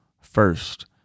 first